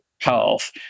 health